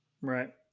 Right